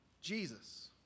Jesus